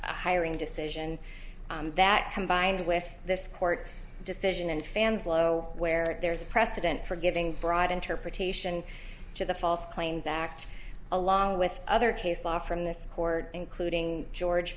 hiring decision that combined with this court's decision and fans low where there's a precedent for giving broad interpretation to the false claims act along with other case law from this court including george